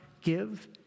give